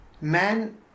Man